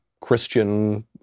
Christian